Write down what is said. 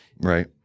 Right